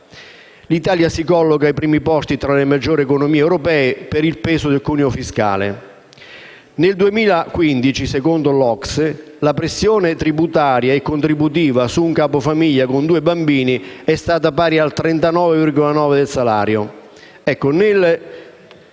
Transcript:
L'Italia si colloca ai primi posti tra le maggiori economie europee per il peso del cuneo fiscale. Nel 2015, secondo l'OCSE, la pressione tributaria e contributiva su un capofamiglia con due bambini è stata pari al 39,9 per cento del